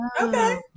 okay